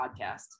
Podcast